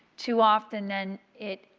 too often then, it,